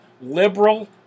liberal